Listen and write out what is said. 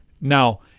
Now